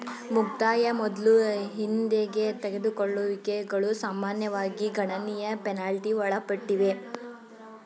ಮುಕ್ತಾಯ ಮೊದ್ಲು ಹಿಂದೆಗೆದುಕೊಳ್ಳುವಿಕೆಗಳು ಸಾಮಾನ್ಯವಾಗಿ ಗಣನೀಯ ಪೆನಾಲ್ಟಿ ಒಳಪಟ್ಟಿವೆ